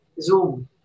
Zoom